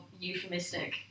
euphemistic